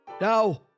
Now